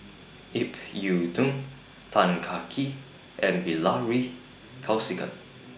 Ip Yiu Tung Tan Kah Kee and Bilahari Kausikan